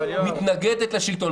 היא מתנגדת לשלטון.